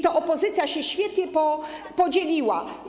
To opozycja się świetnie podzieliła.